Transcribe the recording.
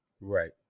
Right